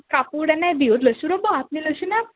কাপোৰ এনে বিহুত লৈছোঁ ৰ'ব আপ্নি লৈছেনা